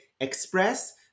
express